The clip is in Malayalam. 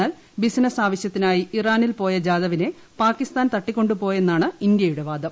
എന്നാൽ ബിസിനസ് ആവശൃത്തിനായി ഇറാനിൽപോയ ജാദവിനെ പാകിസ്ഥാൻ തട്ടിക്കൊണ്ടുപോയതാണെന്നാണ് ഇന്ത്യയുടെ വാദം